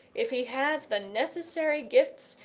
if he have the necessary gifts,